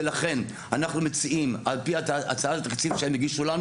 לכן אנחנו מציעים על פי הצעת התקציב שהם הגישו לנו.